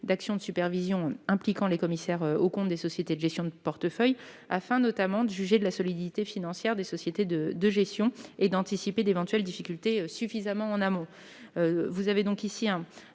d'actions de supervision impliquant les commissaires aux comptes de sociétés de gestion de portefeuille, afin notamment de juger de la solidité financière des sociétés de gestion et d'anticiper d'éventuelles difficultés suffisamment en amont.